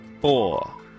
four